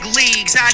leagues